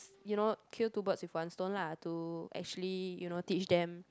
you know kill two birds with one stone lah to actually you know teach them